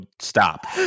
stop